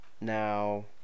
Now